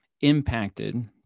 impacted